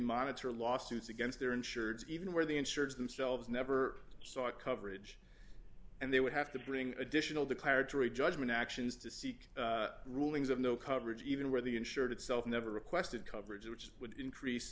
monitor lawsuits against their insurers even where the insurers themselves never sought coverage and they would have to bring additional declaratory judgment actions to seek rulings of no coverage even where the insured itself never requested coverage which would increase